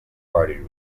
party